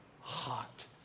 hot